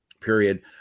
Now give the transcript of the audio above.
period